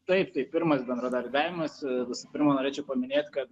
taip tai pirmas bendradarbiavimas visų pirma norėčiau paminėt kad